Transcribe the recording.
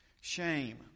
shame